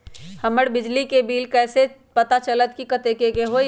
हमर बिजली के बिल कैसे पता चलतै की कतेइक के होई?